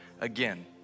again